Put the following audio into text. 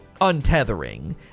untethering